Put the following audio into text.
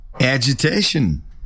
Agitation